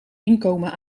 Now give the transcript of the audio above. inkomen